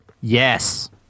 Yes